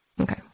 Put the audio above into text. Okay